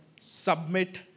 submit